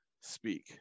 speak